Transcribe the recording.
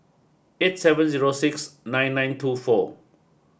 eight seven zero six nine nine two four